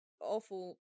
awful